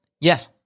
Yes